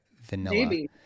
vanilla